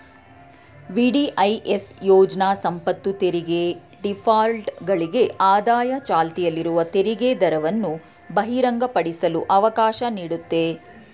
VDIS ಯೋಜ್ನ ಸಂಪತ್ತುತೆರಿಗೆ ಡಿಫಾಲ್ಟರ್ಗಳಿಗೆ ಆದಾಯ ಚಾಲ್ತಿಯಲ್ಲಿರುವ ತೆರಿಗೆದರವನ್ನು ಬಹಿರಂಗಪಡಿಸಲು ಅವಕಾಶ ನೀಡುತ್ತೆ